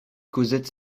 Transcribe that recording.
cosette